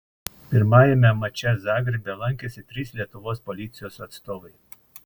pirmajame mače zagrebe lankėsi trys lietuvos policijos atstovai